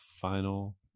final